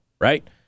right